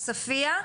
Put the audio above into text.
עוספיא.